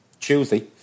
Tuesday